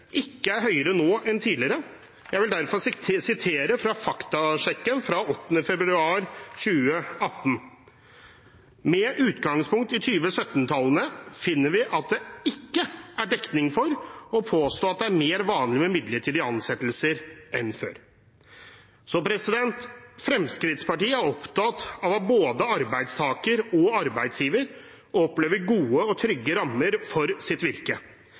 ikke er høyere nå enn tidligere. Jeg vil derfor sitere fra en faktasjekk på faktisk.no fra 8. februar 2018: «Med utgangspunkt i 2017-tallene finner vi at det generelt sett ikke er dekning for å påstå at det er mer vanlig med midlertidige ansettelser enn før.» Fremskrittspartiet er opptatt av at både arbeidstaker og arbeidsgiver opplever gode og trygge rammer for sitt virke.